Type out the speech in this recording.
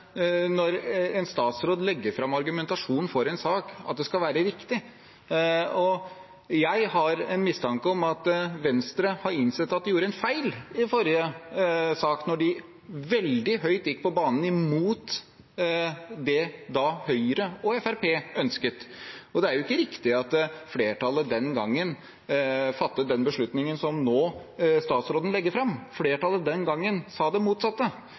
når en statsråd legger fram argumentasjonen for en sak, at det skal være riktig. Jeg har en mistanke om at Venstre har innsett at de gjorde en feil i forrige sak da de gikk veldig høyt på banen imot det Høyre og Fremskrittspartiet ønsket da. Det er ikke riktig at flertallet den gangen fattet den beslutningen som statsråden legger fram nå. Flertallet den gangen sa det motsatte,